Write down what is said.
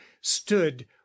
stood